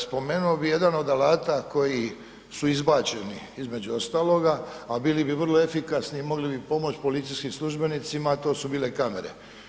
Spomenuo bih jedan od alata koji su izbačeni između ostaloga, a bili bi vrlo efikasni i mogli bi pomoći policijskim službenicima, a to su bile kamere.